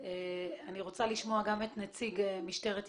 אני רוצה לשמוע גם את נציג משטרת ישראל,